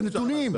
זה נתונים.